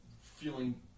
feeling